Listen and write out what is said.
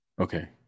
Okay